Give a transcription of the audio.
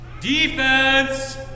defense